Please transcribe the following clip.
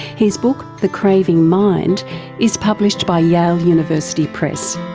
his book the craving mind is published by yale university press.